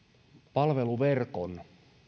palveluverkon